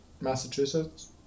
Massachusetts